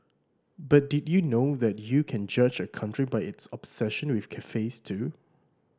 but did you know that you can judge a country by its obsession with cafes too